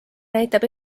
näitab